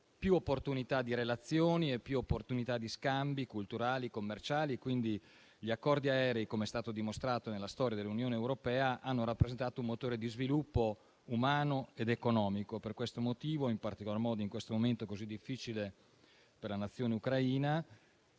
opportunità di relazioni e di scambi culturali e commerciali. Gli accordi aerei - come è stato dimostrato nella storia dell'Unione europea -hanno rappresentato un motore di sviluppo umano ed economico. Per questo motivo, in particolar modo in questo momento così difficile per la nazione Ucraina,